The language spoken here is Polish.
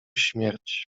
śmierć